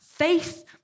faith